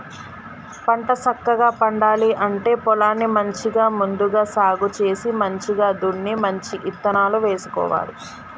పంట సక్కగా పండాలి అంటే పొలాన్ని మంచిగా ముందుగా సాగు చేసి మంచిగ దున్ని మంచి ఇత్తనాలు వేసుకోవాలి